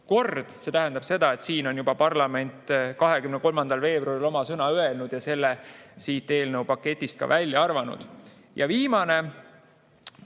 kord. See tähendab seda, et siin on parlament juba 23. veebruaril oma sõna öelnud ja selle siit eelnõu paketist välja arvanud. Viimane